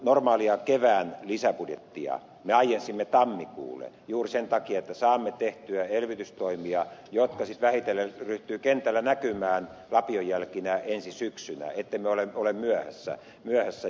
normaalia kevään lisäbudjettia me aiensimme tammikuulle juuri sen takia että saamme tehtyä elvytystoimia jotka sitten vähitellen alkavat kentällä näkyä lapionjälkinä ensi syksynä ettemme ole myöhässä